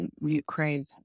Ukraine